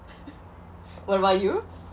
what about you